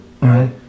right